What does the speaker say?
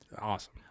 Awesome